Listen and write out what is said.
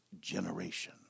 generation